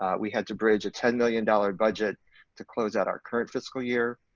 we had to bridge a ten million dollars budget to close out our current fiscal year,